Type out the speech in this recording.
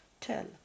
tell